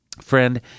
Friend